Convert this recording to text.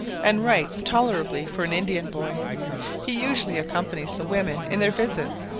and writes tolerably for an indian boy he usually accompanies the women in their visits,